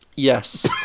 Yes